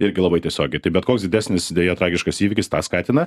irgi labai tiesiogiai tai bet koks didesnis deja tragiškas įvykis tą skatina